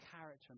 character